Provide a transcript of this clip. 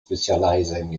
specializing